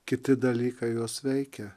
kiti dalykai juos veikia